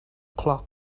clock